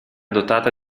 dotata